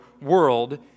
world